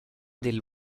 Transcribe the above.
del